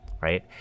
right